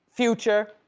future,